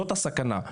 זאת הסכנה.